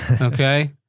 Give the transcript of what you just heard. okay